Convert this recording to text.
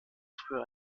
früher